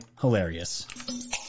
hilarious